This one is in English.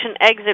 exit